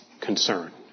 concern